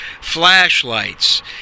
flashlights